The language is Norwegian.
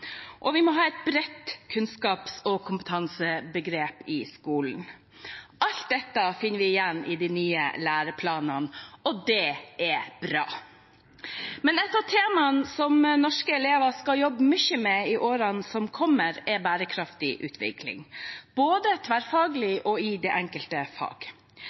Og vi må ha et bredt kunnskaps- og kompetansebegrep i skolen. Alt dette finner vi igjen i de nye læreplanene, og det er bra. Et av temaene som norske elever skal jobbe mye med i årene som kommer, er bærekraftig utvikling, både tverrfaglig og i det enkelte fag.